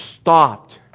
stopped